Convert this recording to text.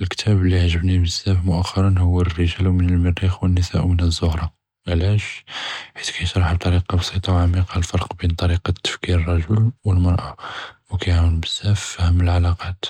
אלכתאב לי ע׳׳גבני בּזּאף מאח׳רא הוא א-ריג׳אל מן אלמריח ו-א-ניסא מן א-זּהרה، עלאש؟ חית כִּישׁרַח טריקה בסיטה אלפרק בין טריקה א-תפכִּיר בין א-רַגֶ׳ל ו-א-מְרָה، וכִּיעַאוֶן בּזּאף עלא פַהְם אלעלאקת,